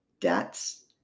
debts